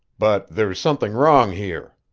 but there's something wrong here.